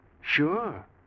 Sure